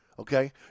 Okay